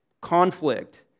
conflict